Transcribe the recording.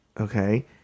okay